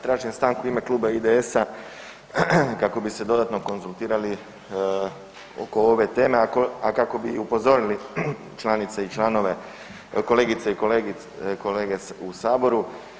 Tražim stanku u ime Kluba IDS-a kako bi se dodatno konzultirali oko ove teme, a kako bi upozorili članice i članove, kolegice i kolege u saboru.